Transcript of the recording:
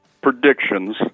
predictions